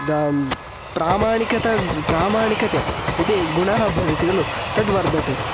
दां प्रामाणिकं प्रामाणिकः इति गुणः वदति खलु तद्वर्धते